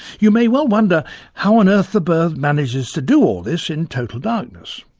you may well wonder how on earth the bird manages to do all this in total darkness.